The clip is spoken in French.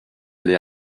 aller